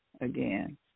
again